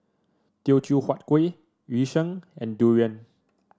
Teochew Huat Kuih Yu Sheng and durian